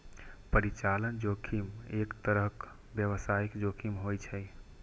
परिचालन जोखिम एक तरहक व्यावसायिक जोखिम होइ छै